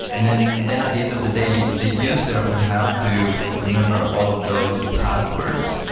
and then then at the end of the day, yeah the user would have to remember all of those passwords.